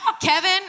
kevin